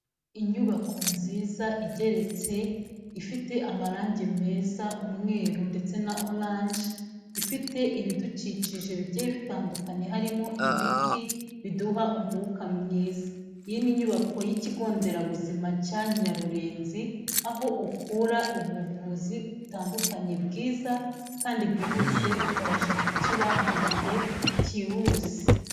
Inyubako nziza igeretse, ifite amarangi meza, umweru ndetse na orange, ifite ibidukikije bigiye bitandukanye harimo ibiti biduha umwuka mwiza. Iyi ni inyubako y'ikigo nderabuzima cya Nyarurenzi aho ukura ubuvuzi butandukanye bwiza kandi bwihuse ukabasha gukira mu gihe cyihuse.